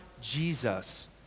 Jesus